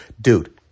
dude